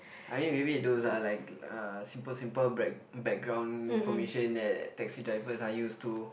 I think maybe it those uh like uh simple simple back background information that taxi drivers are used to